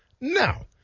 Now